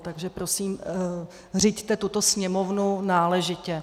Takže prosím, řiďte tuto sněmovnu náležitě.